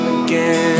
again